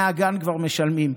מהגן כבר משלמים,